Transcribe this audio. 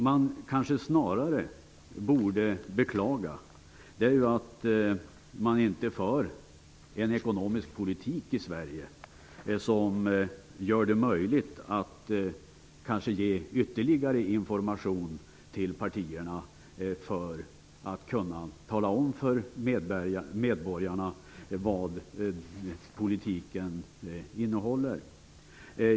Man borde beklaga att det inte förs en ekonomisk politik i Sverige, som gör det möjligt att ge ytterligare information till partierna för att de skall kunna tala om för medborgarna vad politiken innehåller.